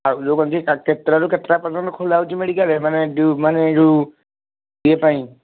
ଆଉ ଯେଉଁ କହୁଛି କେତେଟାରୁ କେତେଟା ପର୍ଯ୍ୟନ୍ତ ଖୋଲାହଉଛି ମେଡ଼ିକାଲ ମାନେ ଯେଉଁ ମାନେ ଯେଉଁ ଇଏ ପାଇଁ